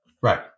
Right